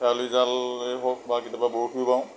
খেৱালি জালেই হওক বা কেতিয়াবা বৰশীও বাওঁ